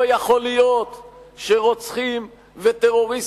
לא יכול להיות שרוצחים וטרוריסטים